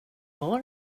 var